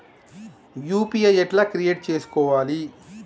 UPI ఎట్లా create చేసుకోవాలి?